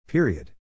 Period